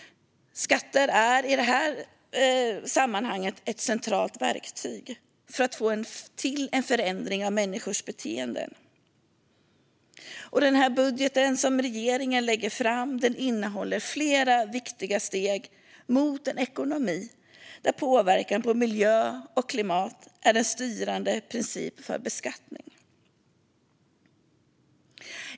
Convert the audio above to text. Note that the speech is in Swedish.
Skatter är i det här sammanhanget ett centralt verktyg för att få till stånd en förändring av människors beteende. Den budget som regeringen lägger fram innehåller flera viktiga steg mot en ekonomi där påverkan på miljö och klimat är en styrande princip för beskattning.